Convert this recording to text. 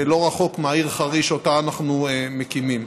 לא רחוק מהעיר חריש שאותה אנחנו מקימים.